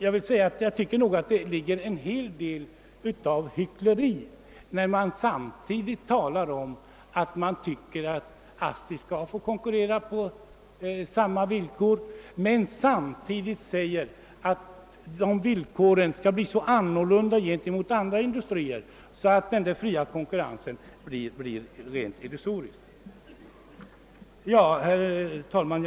Jag tycker nog att det är hyckleri, när man talar om att ASSI skall få konkurrera på lika villkor men samtidigt vill införa sådana begränsningar i ASSI:s handlingsfrihet att den fria konkurrensen blir rent illusorisk. Herr talman!